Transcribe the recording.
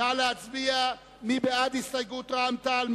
מי בעד הסתייגות רע"ם-תע"ל?